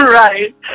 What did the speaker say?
Right